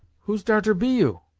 whose darter be you?